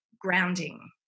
grounding